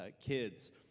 kids